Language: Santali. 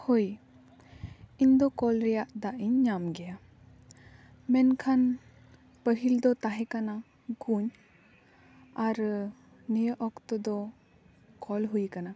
ᱦᱳᱭ ᱤᱧ ᱫᱚ ᱠᱚᱞ ᱨᱮᱭᱟᱜ ᱫᱟᱜ ᱤᱧ ᱧᱟᱢ ᱜᱮᱭᱟ ᱢᱮᱱᱠᱷᱟᱱ ᱯᱟᱹᱦᱤᱞ ᱫᱚ ᱛᱟᱦᱮᱸ ᱠᱟᱱᱟ ᱠᱩᱧ ᱟᱨ ᱱᱤᱭᱟᱹ ᱚᱠᱛᱚ ᱫᱚ ᱠᱚᱞ ᱦᱩᱭᱟᱠᱟᱱᱟ